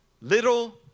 little